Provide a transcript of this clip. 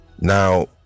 Now